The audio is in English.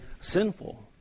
sinful